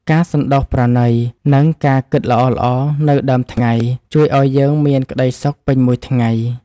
ការសន្តោសប្រណី និងការគិតល្អៗនៅដើមថ្ងៃ ជួយឱ្យយើងមានក្តីសុខពេញមួយថ្ងៃ។